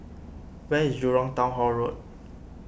where is Jurong Town Hall Road